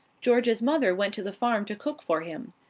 george's mother went to the farm to cook for him.